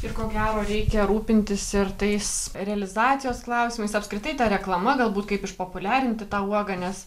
ir ko gero reikia rūpintis ir tais realizacijos klausimais apskritai ta reklama galbūt kaip išpopuliarinti tą uogą nes